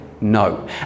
No